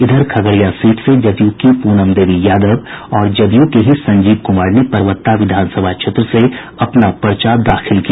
इधर खगड़िया सीट से जदयू की प्रनम देवी यादव और जदयू के ही संजीव कुमार ने परबत्ता विधानसभा क्षेत्र से अपना पर्चा दाखिल किया